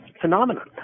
phenomenon